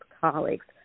colleagues